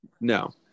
No